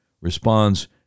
responds